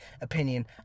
opinion